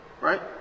Right